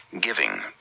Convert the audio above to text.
giving